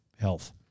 health